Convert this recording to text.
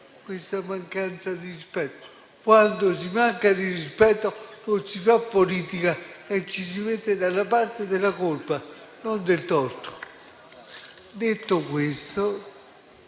una mancanza di rispetto. Quando si manca di rispetto non si fa politica, ma ci si mette dalla parte della colpa, non del torto. Detto questo,